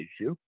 issue